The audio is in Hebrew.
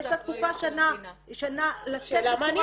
יש לה תקופה שנה לשבת בצורה מכובדת.